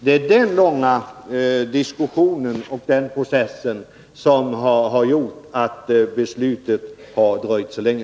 Det är den långa diskussionen och den utdragna processen som har gjort att beslutet har dröjt så länge.